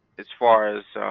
as far as so